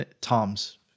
Tom's